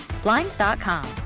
Blinds.com